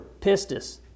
pistis